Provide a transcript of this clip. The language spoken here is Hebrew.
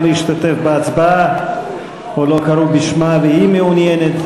להשתתף בהצבעה או לא קראו בשמה והיא מעוניינת?